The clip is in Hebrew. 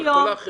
אבל כל האחרים?